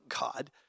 God